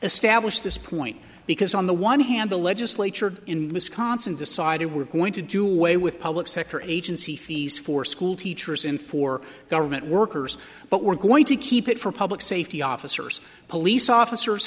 establish this point because on the one hand the legislature in wisconsin decided we're going to do away with public sector agency fees for school teachers and for government workers but we're going to keep it for public safety officers police officers